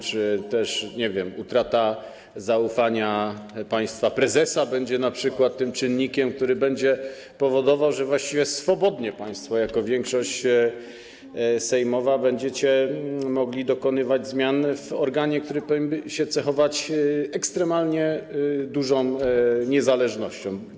Czy też, nie wiem, utrata zaufania państwa prezesa będzie np. tym czynnikiem, który będzie powodował, że właściwie swobodnie państwo jako większość sejmowa będziecie mogli dokonywać zmian w organie, który powinien cechować się ekstremalnie dużą niezależnością.